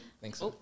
Thanks